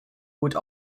would